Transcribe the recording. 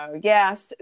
yes